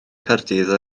caerdydd